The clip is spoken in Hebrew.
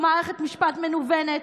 ומערכת משפט מנוונת,